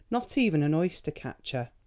not even an oyster-catcher.